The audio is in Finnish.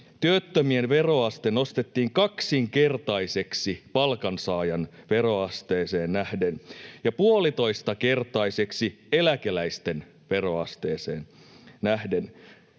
työttömien veroaste nostettiin kaksinkertaiseksi palkansaajan veroasteeseen nähden ja puolitoistakertaiseksi eläkeläisten veroasteeseen nähden.